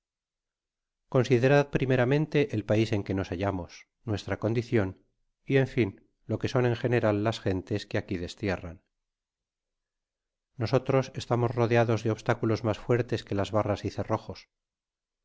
considerad primeramente el pais en que nos halla mos nuest a condicion y en fin lo que son en general las gentes que aquí destierran nosotros estamos rodeados de obstáculos mas fuertes que las barras y cerrojos